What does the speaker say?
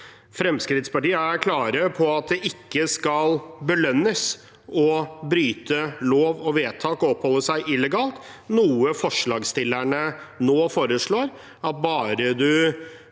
Fremskrittspartiet er klare på at det ikke skal belønnes å bryte lov og vedtak og oppholde seg illegalt, noe forslagsstillerne nå foreslår – bare